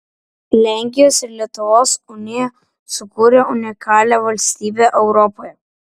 lenkijos ir lietuvos unija sukūrė unikalią valstybę europoje